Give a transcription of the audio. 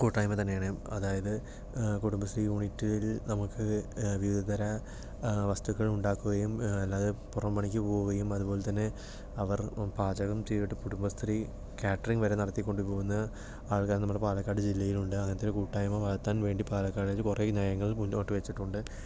കൂട്ടായ്മ തന്നെയാണ് അതായത് കുടുംബശ്രീ യൂണിറ്റിൽ നമുക്ക് വിവിധതര ആ വസ്തുക്കൾ ഉണ്ടാക്കുകയും അല്ലാതെ പുറം പണിക്കു പോവുകയും അതുപോലെതന്നെ അവർ പാചകം ചെയ്തിട്ട് കുടുംബശ്രീ കാറ്ററിംഗ് വരെ നടത്തിക്കൊണ്ടുപോകുന്ന ആൾക്കാർ നമ്മുടെ പാലക്കാട് ജില്ലയിലുണ്ട് അങ്ങനത്തെ ഒരു കൂട്ടായ്മ വളർത്താൻ വേണ്ടി പാലക്കാടിൽ കുറേ നയങ്ങൾ മുന്നോട്ട് വച്ചിട്ടുണ്ട്